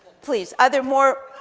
please. are there more,